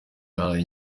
yahaye